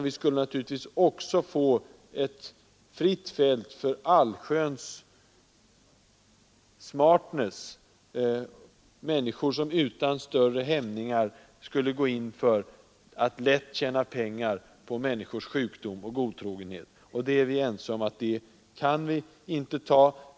Vi skulle också öppna ett fritt fält för allsköns smartness — personer som utan större hämningar skulle gå in för att tjäna pengar på människors sjukdom och godtrogenhet. Vi är ense om att så får det inte vara.